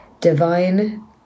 divine